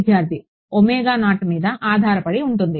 విద్యార్థి omega naught మీద ఆధారపడి ఉంటుంది